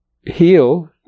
heal